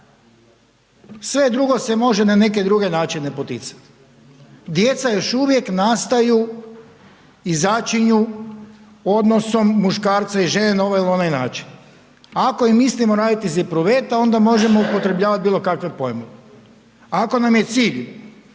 Sve druge se može na neke druge načine poticati. Djeca još uvijek nastaju i začinju odnosnom muškarca i žene na ovaj ili onaj način. Ako i mislimo raditi iz epruveta, onda možemo upotrebljavati bilokakve pojmove. Ako nam je cilj